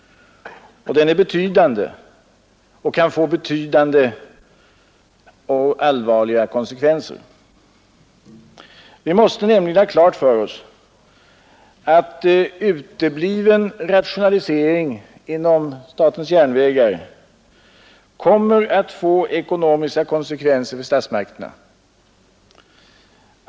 Den kan även få betydande och allvarliga konsekvenser. Vi måste nämligen ha klart för oss att utebliven rationalisering inom statens järnvägar kommer att få ekonomiska konsekvenser för statsmakterna.